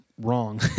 wrong